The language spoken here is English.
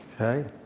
okay